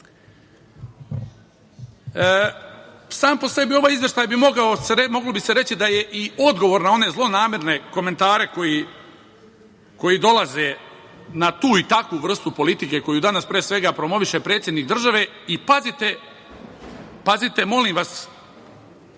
po sebi ovaj izveštaj moglo bi se reći da je i odgovor na one zlonamerne komentare koji dolaze na tu i takvu vrstu politike koju danas, pre svega, promoviše predsednik države. Pazite, molim vas,